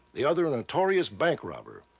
the other and notorious bank robber.